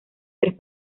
tres